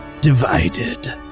divided